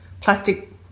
plastic